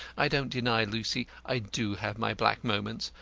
i don't deny, lucy, i do have my black moments,